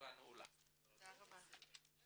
הישיבה ננעלה בשעה 11:50.